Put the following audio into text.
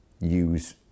use